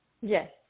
Yes